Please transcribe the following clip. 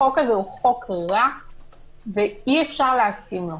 החוק הזה הוא חוק רע ואי-אפשר להסכים לו.